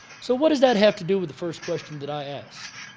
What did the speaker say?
so what does that have to do with the first question that i asked?